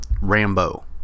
Rambo